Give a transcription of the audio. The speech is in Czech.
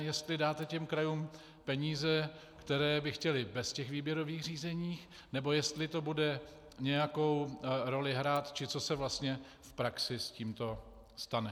Jestli dáte krajům peníze, které by chtěly, bez výběrových řízení, nebo jestli to bude nějakou roli hrát, či co se vlastně v praxi s tímto stane.